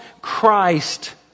Christ